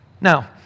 Now